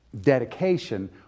dedication